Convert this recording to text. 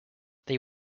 they